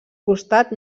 costat